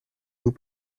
vous